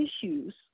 issues